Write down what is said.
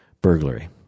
burglary